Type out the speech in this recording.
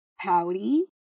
pouty